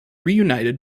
reunited